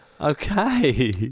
Okay